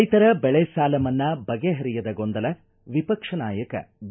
ರೈತರ ಬೆಳೆ ಸಾಲ ಮನ್ನಾ ಬಗೆಹರಿಯದ ಗೊಂದಲ ವಿಪಕ್ಷ ನಾಯಕ ಬಿ